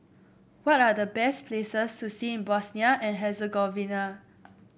what are the best places to see in Bosnia and Herzegovina